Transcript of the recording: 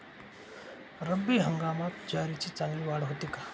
रब्बी हंगामात ज्वारीची चांगली वाढ होते का?